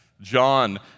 John